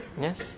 Yes